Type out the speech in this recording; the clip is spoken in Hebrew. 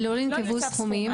לא ננקבו סכומים.